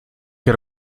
get